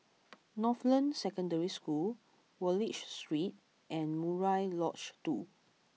Northland Secondary School Wallich Street and Murai Lodge Two